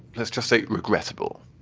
let's just say regrettable